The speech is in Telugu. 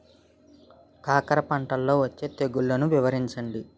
కాకర పంటలో వచ్చే తెగుళ్లను వివరించండి?